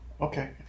Okay